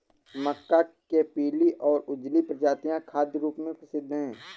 मक्का के पीली और उजली प्रजातियां खाद्य रूप में प्रसिद्ध हैं